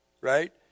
right